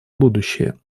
будущее